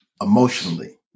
Emotionally